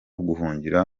guhungira